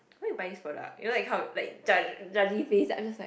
why you buy this product you know that kind of like judge judgy face then I'm just like